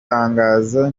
tangazo